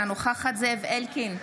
אינה נוכחת זאב אלקין,